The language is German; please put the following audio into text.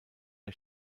der